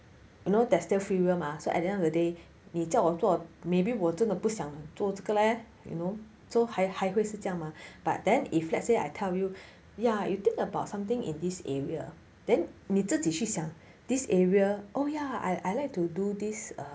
you know that's still free will mah so at the end of the day 你叫我做 maybe 我真的不想做这个 leh you know so 还还会是这样吗 but then if let's say I tell you ya you think about something in this area then 你自己去想 this area oh ya I I like to do this err